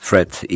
Fred